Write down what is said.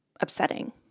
upsetting